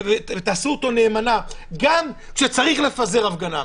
ותעשו אותו נאמנה, גם כשצריך לפזר הפגנה.